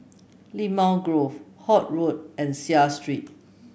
Limau Grove Holt Road and Seah Street